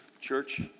church